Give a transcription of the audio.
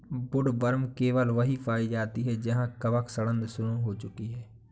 woodworm केवल वहीं पाई जाती है जहां कवक सड़ांध शुरू हो चुकी है